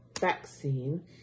vaccine